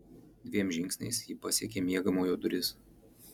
dviem žingsniais ji pasiekė miegamojo duris